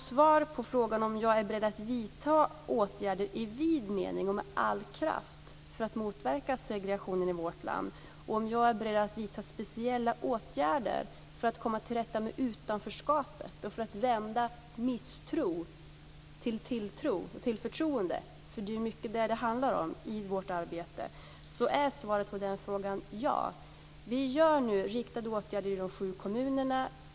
Svaret på frågan om jag är beredd att vidta åtgärder i vid mening och med all kraft för att motverka segregationen i vårt land och om jag är beredd att vidta speciella åtgärder för att komma till rätta med utanförskapet och för att vända misstro till tilltro och förtroende - för det är mycket det det handlar om i vårt arbete - är ja. Vi genomför riktade åtgärder i de sju kommunerna.